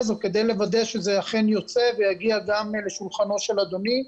או כדי לוודא שזה אכן יוצא ויגיע גם לשולחנו של אדוני.